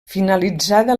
finalitzada